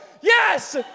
yes